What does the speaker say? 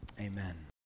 amen